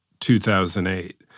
2008